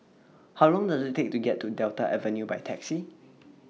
How Long Does IT Take to get to Delta Avenue By Taxi